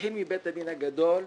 נתחיל מבית הדין הגדול,